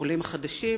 בעולים חדשים,